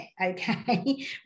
okay